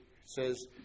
says